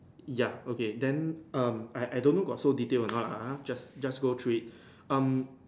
ya okay then um I I don't know got so detail a not ah ah just just go through it um